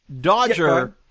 Dodger